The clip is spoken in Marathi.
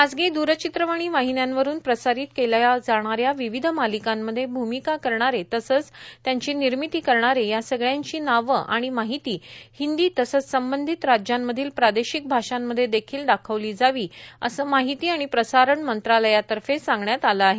खाजगी दूरचित्रवाणी वाहिन्यांवरून प्रसारित केल्या जाणाऱ्या विविध मालिकांमध्ये भूमीका करणारे तसंच त्यांची निर्मिती करणारे या सगळ्यांची नावे आणि माहिती हिंदी तसंच संबंधित राज्यांमधील प्रादेशिक भाषांमध्ये देखील दाखवली जावीत असं माहिती आणि प्रसारण मंत्रालयातर्फे सांगण्यात आलं आहे